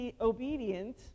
obedient